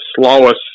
slowest